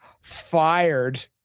fired